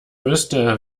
wüsste